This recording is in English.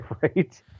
right